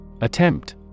Attempt